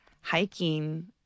hiking